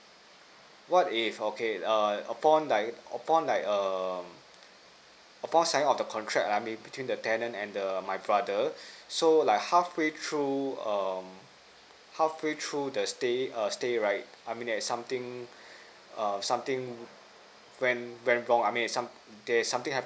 what if okay err upon like upon like um upon sign of the contract I mean between the tenant and the my brother so like halfway through um halfway through the stay err stay right I mean there's something err something went went wrong I mean some there's something